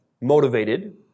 motivated